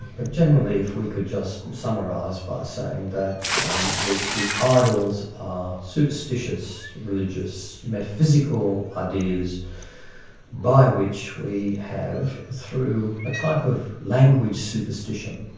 but generally if we could just summarise by saying that the the idols are superstitious, religious, metaphysical ideas by which we have through a type of language superstition,